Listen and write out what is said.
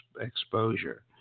exposure